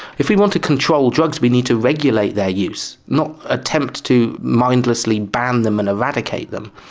if we want to control drugs we need to regulate their use, not attempt to mindlessly ban them and eradicate them.